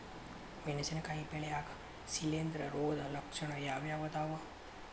ಮೆಣಸಿನಕಾಯಿ ಬೆಳ್ಯಾಗ್ ಶಿಲೇಂಧ್ರ ರೋಗದ ಲಕ್ಷಣ ಯಾವ್ಯಾವ್ ಅದಾವ್?